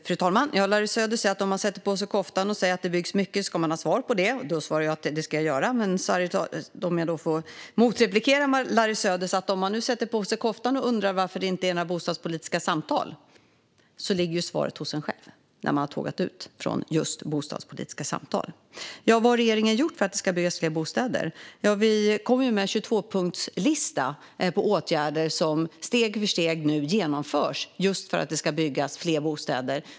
Fru talman! Larry Söder hävdar att om man sätter på sig koftan och säger att det byggs mycket ska man ha svar på detta. Ja, då svarar jag att jag ska göra det. Låt mig då få motreplikera Larry Söder och säga att om man sätter på sig koftan och undrar varför det inte förs några bostadspolitiska samtal ligger svaret hos en själv, när man har tågat ut från just bostadspolitiska samtal. Vad har regeringen gjort för att det ska byggas fler bostäder? Vi har lagt fram en 22-punktslista på åtgärder som steg för steg genomförs, just för att det ska byggas fler bostäder.